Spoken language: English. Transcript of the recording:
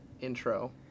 intro